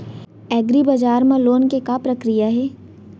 एग्रीबजार मा लोन के का प्रक्रिया हे?